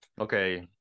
Okay